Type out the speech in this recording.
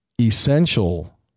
essential